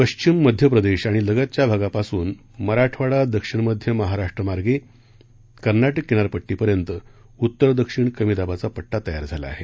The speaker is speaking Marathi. पश्चिम मध्य प्रदेश आणि लगतच्या भागापासून मराठवाडा दक्षिण मध्य महाराष्ट्र मार्गे कर्नाटक किनारपट्टीपर्यंत उत्तर दक्षिण कमी दाबाचा पड्टा तयार झाला आहे